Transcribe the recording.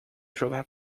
jogar